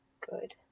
good